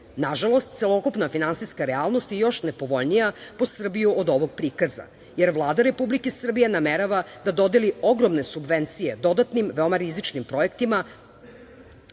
žalost, celokupna finansijska realnost još je nepovoljnija po Srbiju od ovog prikaza, jer Vlada Srbije namerava da dodeli ogromne subvencije dodatnim veoma rizičnim projektima